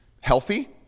healthy